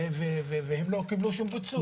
והם לא קיבלו שום פיצוי.